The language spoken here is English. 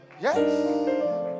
Yes